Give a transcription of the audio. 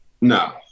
No